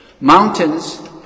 Mountains